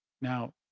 Now